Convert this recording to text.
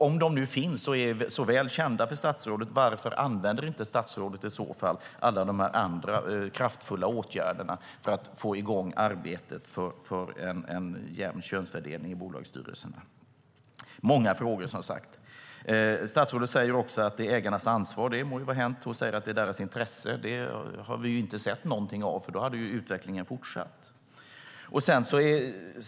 Om de nu finns och är så väl kända för statsrådet, varför använder inte statsrådet i så fall alla de andra kraftfulla åtgärderna för att få i gång arbetet för en jämn könsfördelning i bolagsstyrelserna? Det finns många frågor, som sagt. Statsrådet säger att det är ägarnas ansvar. Det må vara hänt. Hon säger att det ligger i deras intresse. Det har vi inte sett någonting av; då skulle utvecklingen ha fortsatt.